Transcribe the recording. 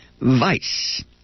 vice